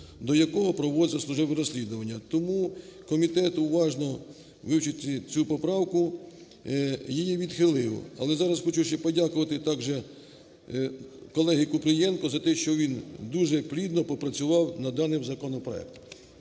до якого проводиться службове розслідування. Тому комітет уважно вивчив цю поправку, її відхилив. Але зараз хочу ще подякувати также колезіКупрієнку за те, що він дуже плідно попрацював над даним законопроектом.